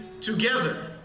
Together